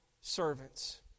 servants